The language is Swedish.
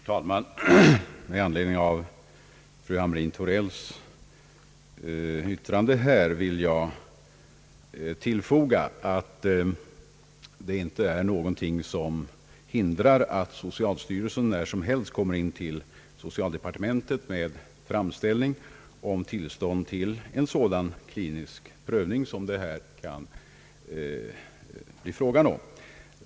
Herr talman! I anledning av fru Hamrin-Thorells yttrande vill jag tillfoga att ingenting hindrar att socialstyrelsen när som helst kommer in till socialdepartementet med en framställning om tillstånd till en sådan klinisk prövning som det här kan bli fråga om.